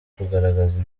kugaragaza